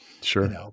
Sure